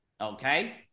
okay